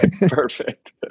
perfect